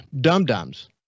dum-dums